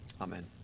Amen